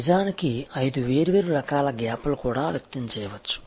నిజానికి ఐదు వేర్వేరు రకాల గ్యాప్ లగా కూడా వ్యక్తం చేయవచ్చు